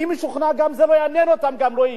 אני משוכנע שגם זה לא יעניין אותם, גם לא יהיו,